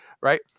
right